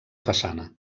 façana